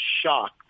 shocked